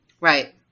Right